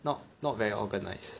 not not very organized